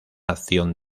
acción